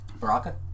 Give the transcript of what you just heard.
Baraka